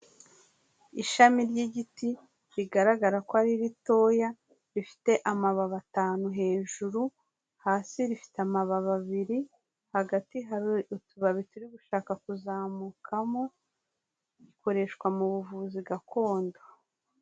Ishami ry'igiti rigaragara ko ari ritoya, rifite amababi atanu hejuru, hasi rifite amababi abiri, hagati hari utubabi turi gushaka kuzamukamo, rikoreshwa mu buvuzi gakondo.